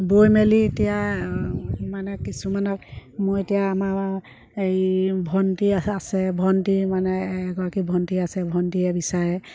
বৈ মেলি এতিয়া মানে কিছুমানক মই এতিয়া আমাৰ এই ভণ্টী আছে ভণ্টি মানে এগৰাকী ভণ্টি আছে ভণ্টীয়ে বিচাৰে